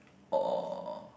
or